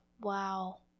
Wow